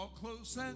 Close